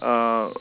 uh